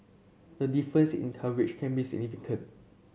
the difference in coverage can be significant